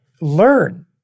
learn